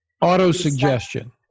Auto-suggestion